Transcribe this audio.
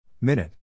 Minute